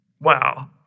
Wow